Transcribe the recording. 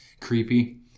creepy